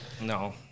No